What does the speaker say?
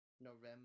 November